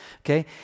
Okay